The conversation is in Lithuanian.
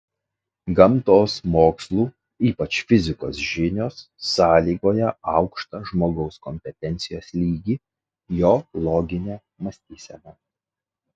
gamtos mokslų ypač fizikos žinios sąlygoja aukštą žmogaus kompetencijos lygį jo loginę mąstyseną